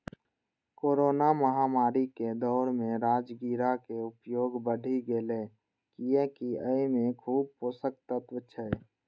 corona महामारी के दौर मे राजगिरा के उपयोग बढ़ि गैले, कियैकि अय मे खूब पोषक तत्व छै